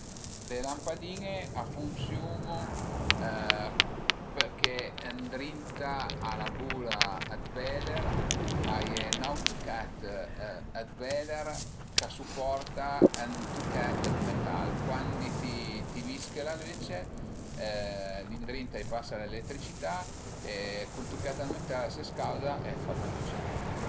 Le lampadin-e a funsiun-u përché ëndrinta a la bula dë veder a ie ün aut tuchèt dë veder ch'a suporta ën tuchèt dë metal. Cuandi ti ti vische la lüce li ëndrinta a i pasa l'eletricità e cul tuchèt dë metal a së scauda e a fa d'lüce